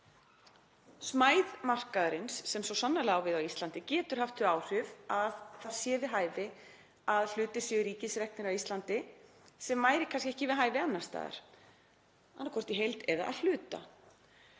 Smæð markaðarins, sem svo sannarlega á við á Íslandi, getur haft þau áhrif að það sé við hæfi að hlutir séu ríkisreknir á Íslandi sem kannski væri ekki við hæfi annars staðar, annaðhvort í heild eða að hluta.